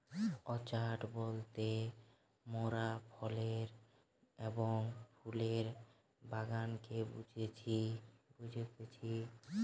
orchard বলতে মোরাফলের এবং ফুলের বাগানকে বুঝতেছি